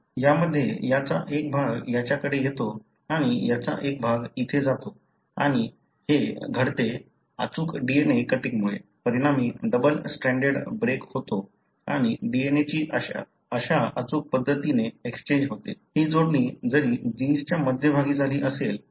यामध्ये याचा एक भाग याच्याकडे येतो आणि याचा एक भाग इथे जातो आणि हे घडते अचूक DNA कटिंगमुळे परिणामी डबल स्ट्राँडेड ब्रेक होतो आणि DNA ची अशा अचूक पद्धतीने एक्सचेंज होते हि जोडणी जरी जिन्सच्या मध्यभागी झाली असेल तरी रिडींग फ्रेम बदलली जात नाही